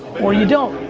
or you don't.